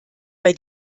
bei